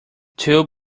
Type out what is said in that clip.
two